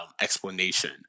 explanation